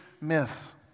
myths